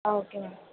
ah okay ma'am